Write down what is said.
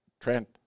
Trent